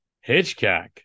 Hitchcock